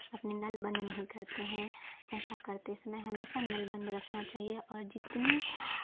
अपने नल बंद नहीं करते हैं ऐसा करते समय हमेशा नल बंद रखना चाहिए और जितनी